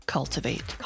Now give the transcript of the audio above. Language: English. Cultivate